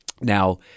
Now